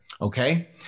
okay